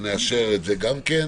אנחנו נאשר את זה גם כן.